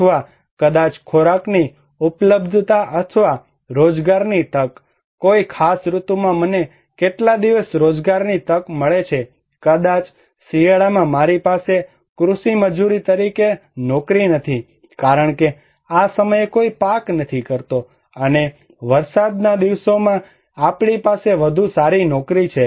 અથવા કદાચ ખોરાકની ઉપલબ્ધતા અથવા રોજગારની તક કોઈ ખાસ ઋતુમાં મને કેટલા દિવસ રોજગારની તક મળે છે કદાચ શિયાળામાં મારી પાસે કૃષિ મજૂરી તરીકે કોઈ નોકરી નથી કારણ કે આ સમયે કોઈ પાક નથી કરતો અને વરસાદના દિવસોમાં આપણી પાસે વધુ સારી નોકરી છે